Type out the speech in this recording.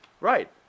Right